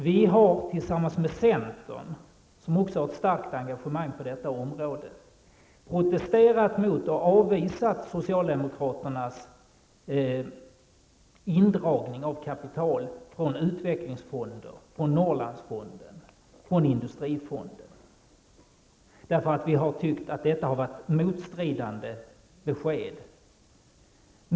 Vi har tillsammans med centern, som också har ett starkt engagemang på detta område, protesterat mot och avvisat socialdemokraternas indragning av kapital från utvecklingsfonden, från Norrlandsfonden och industrifonden. Vi har tyckt att det har varit fråga om motstridande besked.